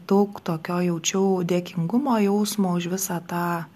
daug tokio jaučiau dėkingumo jausmo už visą tą